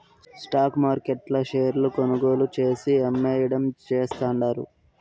stock మార్కెట్ల షేర్లు కొనుగోలు చేసి, అమ్మేయడం చేస్తండారు